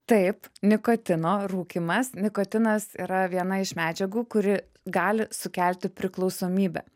taip nikotino rūkymas nikotinas yra viena iš medžiagų kuri gali sukelti priklausomybę